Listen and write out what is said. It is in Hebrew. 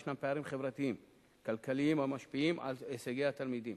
וישנם פערים חברתיים-כלכליים המשפיעים על הישגי התלמידים.